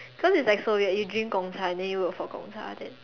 cause it is like so weird you drink Gong-Cha then you work for Gong-Cha then